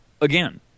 again